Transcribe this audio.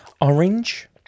Orange